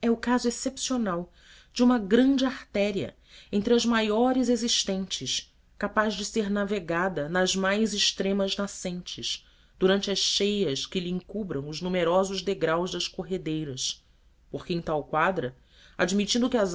é o caso excepcional de uma grande artéria entre as maiores existentes capaz de ser navegada nas mais extremas nascentes durante as cheias que lhe encubram os numerosos degraus das corredeiras porque em tal quadra admitindo que as